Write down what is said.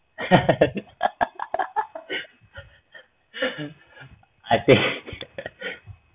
I think